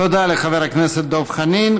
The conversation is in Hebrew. תודה לחבר הכנסת דב חנין.